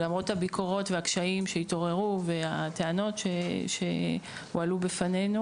למרות הביקורות והקשיים שהתעוררו והטענות שהועלו בפנינו